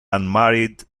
unmarried